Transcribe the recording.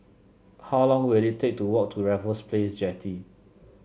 how long will it take to walk to Raffles Place Jetty